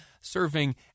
serving